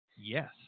Yes